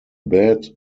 bed